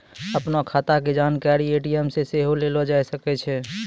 अपनो खाता के जानकारी ए.टी.एम से सेहो लेलो जाय सकै छै